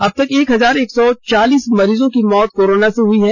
अब तक एक हजार एक सौ चालीस मरीज की मौत कोरोना से हुई हैं